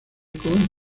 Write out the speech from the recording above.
con